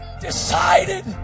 Decided